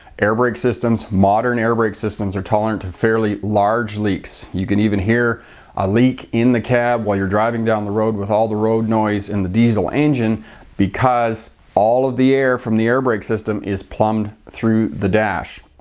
air brake systems modern air brake systems are tolerant to fairly large leaks. you can even hear a leak in the cab while you're driving down the road with all the road noise in the diesel engine because all of the air from the air brake system is plumbed through the dash.